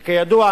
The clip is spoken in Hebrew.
וכידוע,